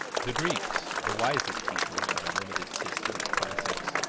the greeks, the wisest people in our limited system of classics,